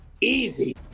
Easy